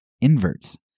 inverts